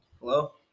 Hello